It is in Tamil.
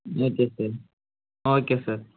okay sir ah okay sir